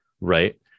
right